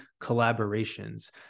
collaborations